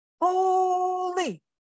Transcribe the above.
Holy